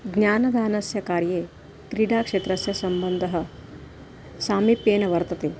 ज्ञानदानस्य कार्ये क्रीडा क्षेत्रस्य सम्बन्धः सामीप्येन वर्तते